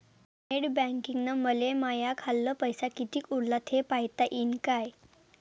Net बँकिंगनं मले माह्या खाल्ल पैसा कितीक उरला थे पायता यीन काय?